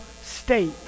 state